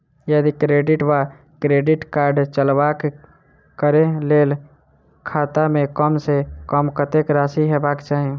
यदि डेबिट वा credit card चलबाक कऽ लेल खाता मे कम सऽ कम कत्तेक राशि हेबाक चाहि?